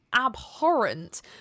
abhorrent